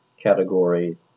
category